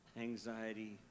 anxiety